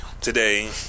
today